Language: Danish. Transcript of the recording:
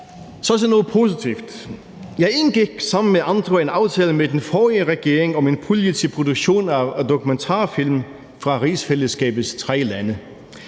Så til noget positivt. Jeg indgik sammen med andre en aftale med den forrige regering om en pulje til produktion af dokumentarfilm fra rigsfællesskabets tre lande.